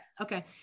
Okay